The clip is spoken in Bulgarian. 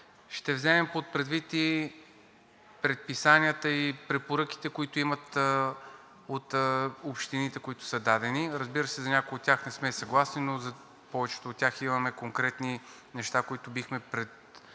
Ще вземем предвид и предписанията и препоръките, които имат от общините, които са дадени, разбира се, за някои от тях не сме съгласни, но за повечето от тях имаме конкретни неща, които бихме подкрепили